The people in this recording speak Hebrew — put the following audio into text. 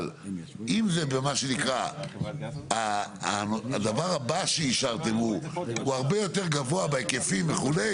אבל אם זה במה שנקרא הדבר הבא שאישרתם הוא הרבה יותר גבוה בהיקפים וכו',